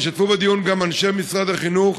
השתתפו בדיון גם אנשי משרד החינוך,